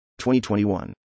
2021